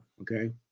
okay